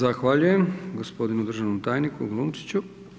Zahvaljujem gospodinu državnom tajniku Glunčiću.